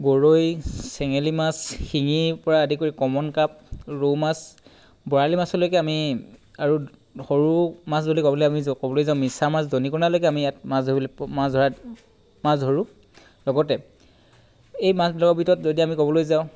গৰৈ চেঙেলী মাছ শিঙি প্ৰায় আদি কৰি কমন কাৰ্প ৰৌ মাছ বৰালী মাছলৈকে আমি আৰু সৰু মাছ বুলি ক'বলৈ আমি ক'বলৈ যাওঁ মিছা মাছ দনিকণালৈকে আমি ইয়াত মাছ ধৰিবলৈ মাছ ধৰাত মাছ ধৰোঁ লগতে এই মাছবিলাকৰ ভিতৰত যদি আমি ক'বলৈ যাওঁ